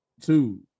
two